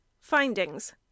FINDINGS